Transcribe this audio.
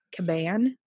Caban